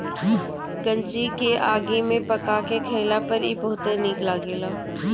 गंजी के आगी में पका के खइला पर इ बहुते निक लगेला